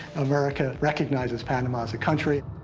america recognizes panama as a country.